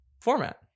format